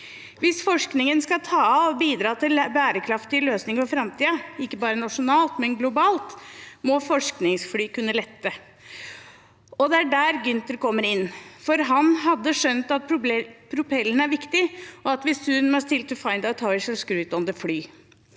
Hvis forskningen skal ta av og bidra til bærekraftige løsninger for framtiden, ikke bare nasjonalt, men globalt, må forskningsfly kunne lette. Og det er her Gynter kommer inn, for han har skjønt at propellen er viktig, og at «we soon må til to think on to find out how we shall skru it on the fly».